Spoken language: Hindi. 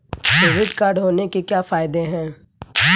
क्रेडिट कार्ड होने के क्या फायदे हैं?